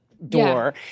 door